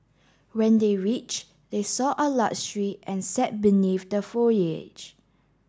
when they reached they saw a lot tree and sat beneath the foliage